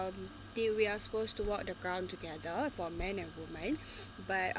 um the we are supposed to walk the ground together for men and women but